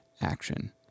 action